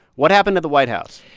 what happened at the white house?